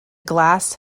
glass